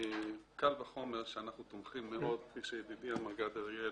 קל וחומר שאנחנו תומכים מאוד כפי שידידי גד אריאל